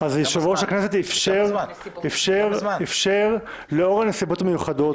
יושב-ראש הכנסת אפשר לאור הנסיבות המיוחדות